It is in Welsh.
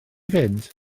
fynd